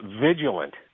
vigilant